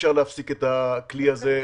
אי-אפשר להפסיק את הכלי הזה לאלתר.